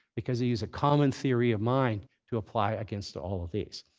because they use a common theory of mind to apply against all of these.